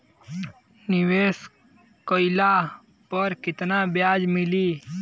निवेश काइला पर कितना ब्याज मिली?